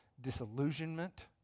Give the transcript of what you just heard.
disillusionment